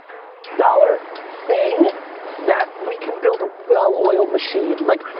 dollar thing that we can build a well-oiled machine. like